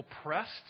oppressed